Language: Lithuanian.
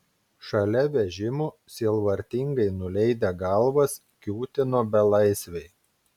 šalia vežimų sielvartingai nuleidę galvas kiūtino belaisviai